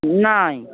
नहीं